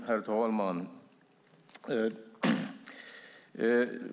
Herr talman!